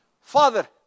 Father